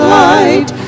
light